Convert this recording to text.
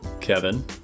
Kevin